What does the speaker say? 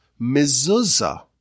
mezuzah